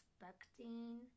expecting